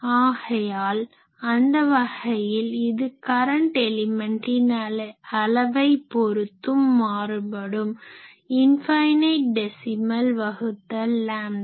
ஆகையால் அந்த வகையில் இது கரன்ட் எலிமென்ட்டின் அளவை பொருத்தும் மாறுபடும் இன்ஃபைனட் டெசிமல் வகுத்தல் 0